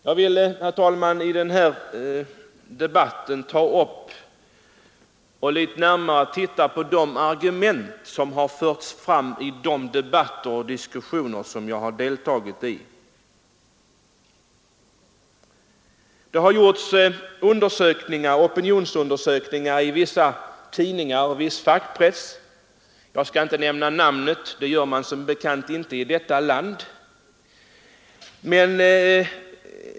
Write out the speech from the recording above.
Jag vill i denna debatt ta upp och litet närmare titta på de argument som förts fram i de debatter och diskussioner som jag har deltagit i. Det har i vissa tidningar och viss fackpress — jag skall inte nämna namnen; det gör man som bekant inte här i landet — gjorts opinionsundersökningar.